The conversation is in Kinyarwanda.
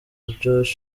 john